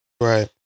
Right